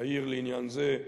אעיר לעניין זה,